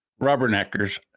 rubberneckers